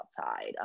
outside